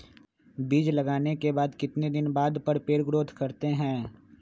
बीज लगाने के बाद कितने दिन बाद पर पेड़ ग्रोथ करते हैं?